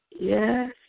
yes